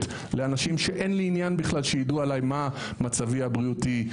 לאנשים שאין לי עניין בכלל שידעו עליי מה מצבי הבריאותי.